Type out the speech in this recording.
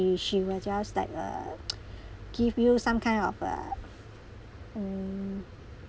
she will just like uh give you some kind of ugh mm